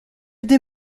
des